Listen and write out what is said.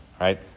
right